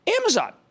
Amazon